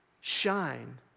shine